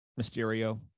Mysterio